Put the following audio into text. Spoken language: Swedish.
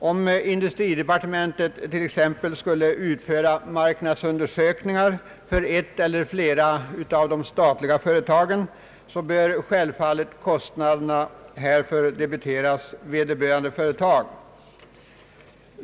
Om industridepartementet t.ex. skulle utföra marknadsundersökningar för ett eller flera statliga företag bör självfallet kostnaderna härför debiteras vederbörande företag.